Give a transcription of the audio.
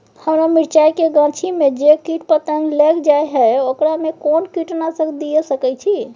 हमरा मिर्चाय के गाछी में जे कीट पतंग लैग जाय है ओकरा में कोन कीटनासक दिय सकै छी?